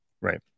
right